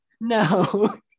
No